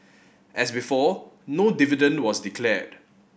as before no dividend was declared